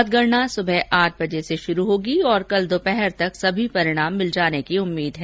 मतगणना सुबह आठ बजे से शुरु होगी और कल दोपहर तक सभी परिणाम मिल जाने की उम्मीद है